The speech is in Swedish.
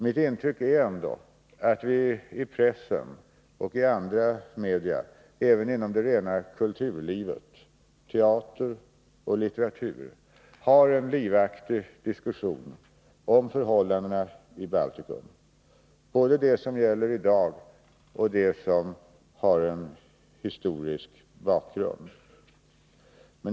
Mitt intryck är att vi i pressen och i andra media — även inom det rena kulturlivet, teater och litteratur — har en livaktig diskussion om förhållandena i Baltikum, vare sig det gäller dagens förhållanden eller den historiska bakgrunden.